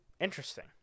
Interesting